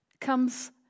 comes